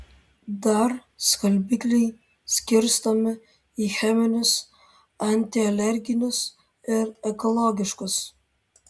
dar skalbikliai skirstomi į cheminius antialerginius ir ekologiškus